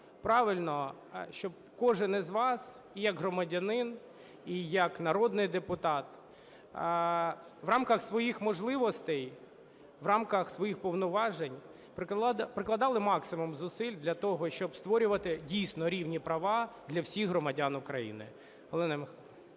правильно, щоб кожен із вас і як громадянин, і як народний депутат в рамках своїх можливостей, в рамках своїх повноважень прикладали максимум зусиль для того, щоб створювати, дійсно, рівні права для всіх громадян України. Галина Михайлівна.